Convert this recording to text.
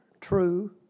true